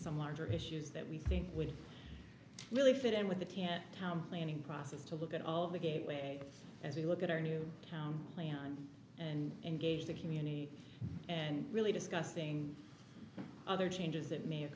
some larger issues that we think would really fit in with the can't town planning process to look at all of the gateway as we look at our new town plan and engage the community and really disgusting other changes that may